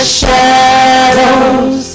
shadows